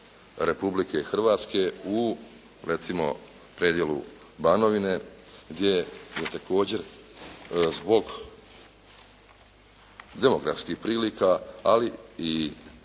Republike Hrvatske u recimo predjelu Banovine gdje je također zbog demografskih prilika ali i